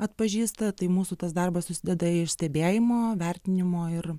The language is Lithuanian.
atpažįsta tai mūsų tas darbas susideda iš stebėjimo vertinimo ir